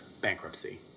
bankruptcy